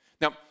Now